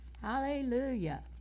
hallelujah